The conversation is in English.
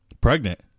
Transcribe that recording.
pregnant